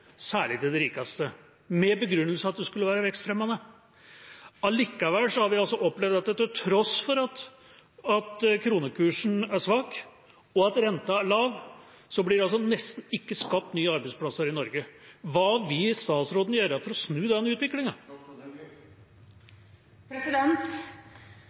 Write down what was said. særlig til de rikeste, med den begrunnelsen at det skulle være vekstfremmende. Likevel har vi opplevd at til tross for at kronekursen er svak og renta lav, blir det nesten ikke skapt nye arbeidsplasser i Norge. Hva vil statsråden gjøre for å snu